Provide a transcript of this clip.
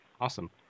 Awesome